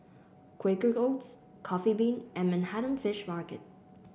Quaker Oats Coffee Bean and Manhattan Fish Market